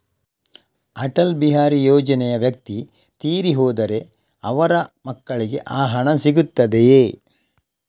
ಅಟಲ್ ಬಿಹಾರಿ ಯೋಜನೆಯ ವ್ಯಕ್ತಿ ತೀರಿ ಹೋದರೆ ಅವರ ಮಕ್ಕಳಿಗೆ ಆ ಹಣ ಸಿಗುತ್ತದೆಯೇ?